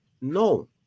No